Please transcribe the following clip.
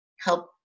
help